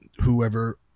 whoever